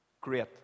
Great